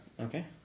Okay